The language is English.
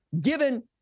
given